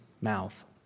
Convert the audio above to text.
mouth